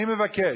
אני מבקש,